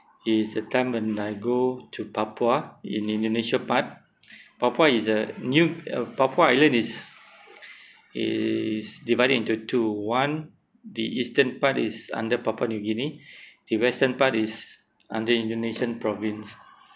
is the time when I go to papua in indonesia part papua is a new uh paua island is is divided into two one the eastern part is under papua new guinea the western part is under indonesian province